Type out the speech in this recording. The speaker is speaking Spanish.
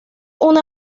una